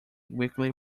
weakly